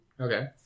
Okay